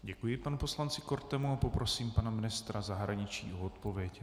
Děkuji panu poslanci Kortemu a poprosím pana ministra zahraničí o odpověď.